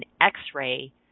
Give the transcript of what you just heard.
x-ray